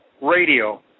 radio